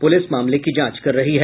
police मामले की जांच कर रही है